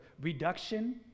reduction